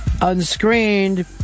unscreened